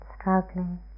struggling